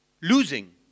losing